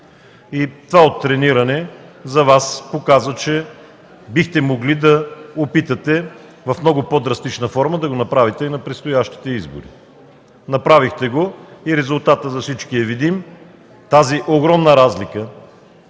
Това оттрениране показва, че бихте могли да опитате в много по-драстична форма да го направите и на предстоящите избори. Направихте го и резултатът за всички е видим – тази огромна разлика,